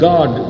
God